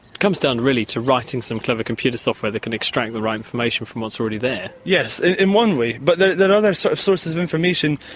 comes down really to writing some clever computer software that can extract the right information from what's already there. yes, in one way, but there are other sort of sources of information.